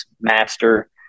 master